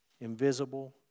invisible